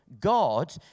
God